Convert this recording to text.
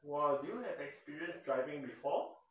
!wah! do you have experience driving before